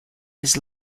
his